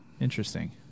Interesting